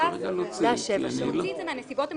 להוציא את זה מהנסיבות המחמירות,